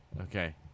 Okay